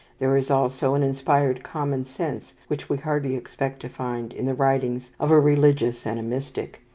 there is also an inspired common sense which we hardly expect to find in the writings of a religious and a mystic.